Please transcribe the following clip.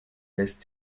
lässt